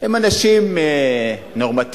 הם אנשים נורמטיבים,